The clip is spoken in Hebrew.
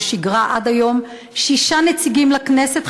ששיגרה עד היום שישה נציגים לכנסת.